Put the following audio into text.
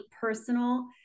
personal